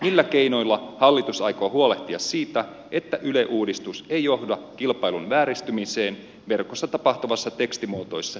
millä keinoilla hallitus aikoo huolehtia siitä että yle uudistus ei johda kilpailun vääristymiseen verkossa tapahtuvassa tekstimuotoisessa uutisvälityksessä